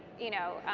you know,